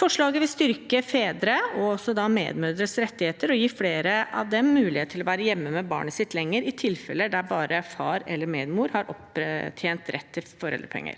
Forslaget vil styrke fedres og også medmødres rettigheter og gi flere av dem mulighet til å være hjemme med barnet sitt lenger i tilfeller der bare far eller medmor har opptjent rett til foreldrepenger.